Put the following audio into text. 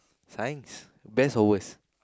science best or worst